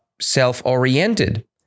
self-oriented